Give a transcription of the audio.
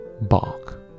bark